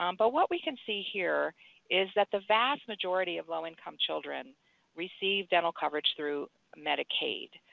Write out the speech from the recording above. um but what we can see here is that the vast majority of low income children receive dental coverage through medicaid,